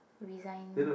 resign